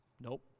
Nope